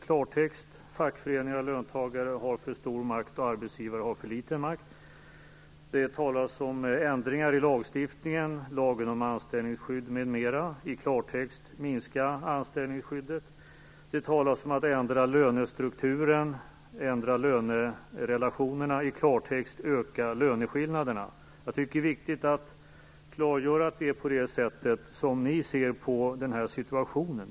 I klartext: Fackföreningar och löntagare har för stor makt och arbetsgivare har för liten makt. Det talades om ändringar i lagen om anställningsskydd m.m. I klartext: Man bör minska anställningsskyddet. Det talades om att man skulle ändra lönestrukturen och lönerelationerna. I klartext: Öka löneskillnaderna! Det är viktigt att klargöra att det är på det sättet som ni ser på situationen.